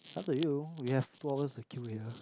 up to you we have two hours to kill here